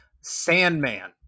Sandman